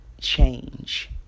change